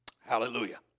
Hallelujah